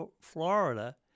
Florida